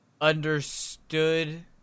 understood